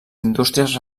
indústries